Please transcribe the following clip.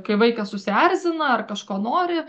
kai vaikas susierzina ar kažko nori